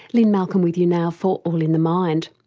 lynne malcolm with you now for all in the mind.